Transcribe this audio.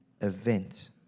event